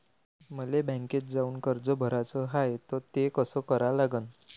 मले बँकेत जाऊन कर्ज भराच हाय त ते कस करा लागन?